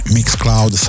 Mixcloud